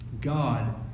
God